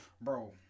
Bro